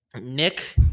Nick